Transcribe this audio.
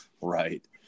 Right